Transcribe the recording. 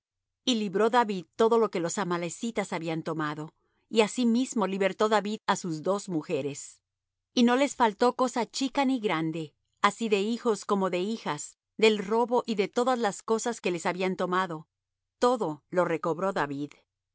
y libró david todo lo que los amalecitas habían tomado y asimismo libertó david á sus dos mujeres y no les faltó cosa chica ni grande así de hijos como de hijas del robo y de todas las cosas que les habían tomado todo lo recobró david